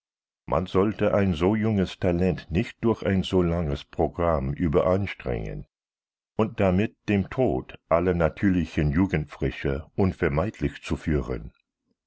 man sollte ein so junges talent nicht durch ein so langes programm überanstrengen und damit dem tod aller natürlichen jugendfrische unvermeidlich zuführen